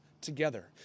together